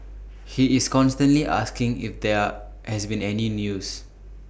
he is constantly asking if there has been any news